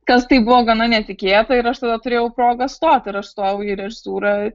tas tai buvo gana netikėta ir aš tada turėjau progą stoti ir aš stojau į režisūrą